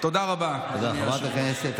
תודה רבה, אדוני היושב-ראש.